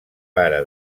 pare